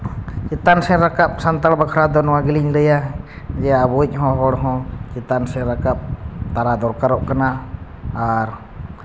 ᱪᱮᱛᱟᱱ ᱥᱮᱫ ᱨᱟᱠᱟᱵ ᱥᱟᱱᱛᱟᱲ ᱵᱟᱠᱷᱨᱟ ᱱᱚᱣᱟ ᱜᱮᱞᱤᱧ ᱞᱟᱹᱭᱟ ᱡᱮ ᱟᱵᱚᱭᱤᱡ ᱦᱚᱲ ᱦᱚᱸ ᱪᱮᱛᱟᱱ ᱥᱮᱫ ᱨᱟᱠᱟᱵ ᱛᱟᱨᱟ ᱫᱚᱨᱠᱟᱨᱚᱜ ᱠᱟᱱᱟ ᱟᱨ